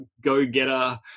go-getter